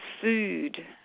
food